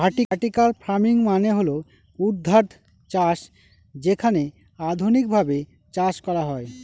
vertical farming মানে হল ঊর্ধ্বাধ চাষ যেখানে আধুনিকভাবে চাষ করা হয়